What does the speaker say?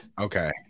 Okay